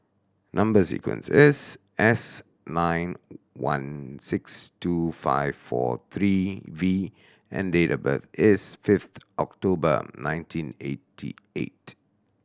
number sequence is S nine one six two five four three V and date of birth is fifth October nineteen eighty eight